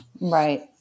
Right